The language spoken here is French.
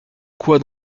quoi